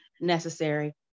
Necessary